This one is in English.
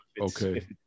Okay